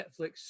Netflix